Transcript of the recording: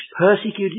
persecuted